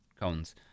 Cones